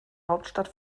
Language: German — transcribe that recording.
hauptstadt